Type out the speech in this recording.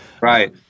Right